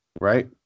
right